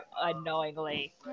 unknowingly